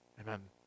Amen